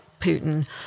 Putin